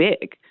big